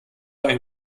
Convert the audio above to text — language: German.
ein